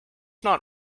not